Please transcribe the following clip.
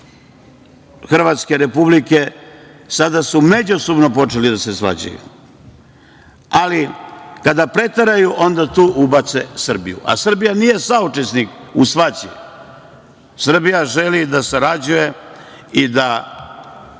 Hrvatske Republike, sada su međusobno počeli da se svađaju, ali kada preteraju onda tu ubace Srbiju. Srbija nije saučesnik u svađi, Srbija želi da sarađuje i da